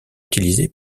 utilisé